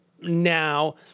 Now